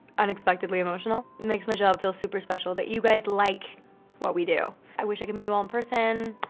unexpectedly emotional. it makes me job feel super special. that you guys like what we do. i wish i could meet you all in person.